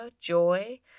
joy